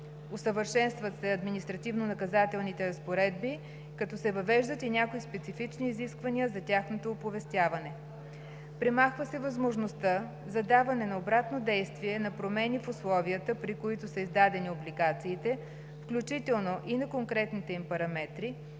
Усъвършенстват се административнонаказателните разпоредби, като се въвеждат и някои специфични изисквания за тяхното оповестяване. Премахва се възможността за даване на обратно действие на промени в условията, при които са издадени облигациите, включително и на конкретните им параметри,